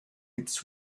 its